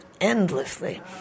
endlessly